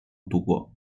度过